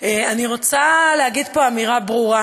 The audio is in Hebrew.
אני רוצה להגיד פה אמירה ברורה,